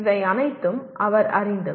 இவை அனைத்தையும் அவர் அறிந்தவர்